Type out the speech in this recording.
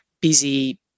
busy